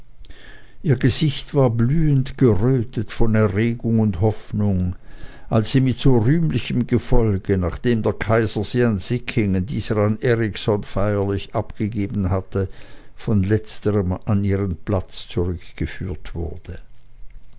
ihr gesicht war blühend gerötet von erregung und hoffnung als sie mit so rühmlichem erfolge nachdem der kaiser sie an sickingen dieser an erikson feierlich abgegeben hatte von letzterm an ihren platz zurückgeführt wurde